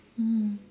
mm